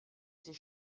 ces